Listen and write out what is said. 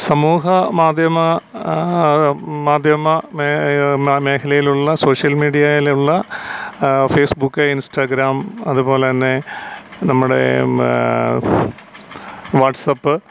സമൂഹ മാധ്യമ മാധ്യമ മേ മേഖലയിലുള്ള സോഷ്യൽ മീഡിയയിലുള്ള ഫേസ്ബുക്ക് ഇൻസ്റ്റാഗ്രാം അതുപോലെതന്നെ നമ്മുടെ വാട്സ്പ്പ്